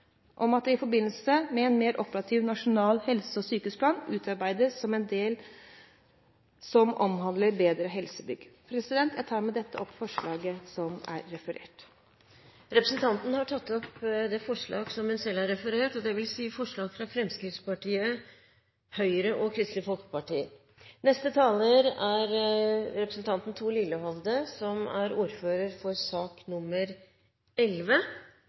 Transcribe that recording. om at det i forbindelse med en mer operativ nasjonal helse- og sykehusplan utarbeides en del som omhandler bedre helsebygg. Jeg tar opp forslaget som jeg har referert til. Representanten Line Henriette Hjemdal har tatt opp det forslaget hun refererte til, dvs. forslaget fra Fremskrittspartiet, Høyre og Kristelig Folkeparti. Jeg skal i dette innlegget berøre flertallets syn i de sakene som er